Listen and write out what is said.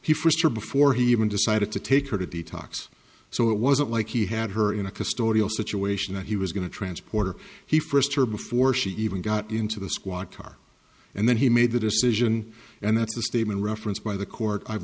her before he even decided to take her to detox so it wasn't like he had her in a custodial situation that he was going to transport or he first her before she even got into the squad car and then he made the decision and that's the statement referenced by the court i've